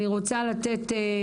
אני רוצה לתת